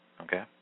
okay